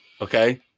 Okay